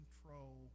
control